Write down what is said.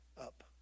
up